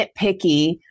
nitpicky